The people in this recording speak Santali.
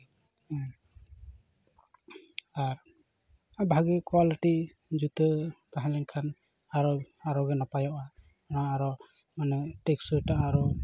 ᱟᱨ ᱵᱷᱟᱜᱮ ᱠᱚᱣᱟᱞᱤᱴᱤ ᱡᱩᱛᱟᱹ ᱛᱟᱦᱮᱸᱞᱮᱱᱠᱷᱟᱱ ᱟᱨᱚ ᱟᱨᱚᱜᱮ ᱱᱟᱯᱟᱭᱚᱜᱼᱟ ᱚᱱᱟ ᱟᱨ ᱢᱟᱱᱮ ᱴᱮᱠᱥᱚ ᱴᱟᱜ ᱦᱚᱸ ᱟᱨᱚ